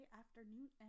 afternoon